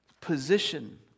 position